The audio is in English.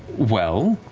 well?